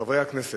חברי הכנסת,